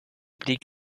blick